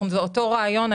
אותו רעיון,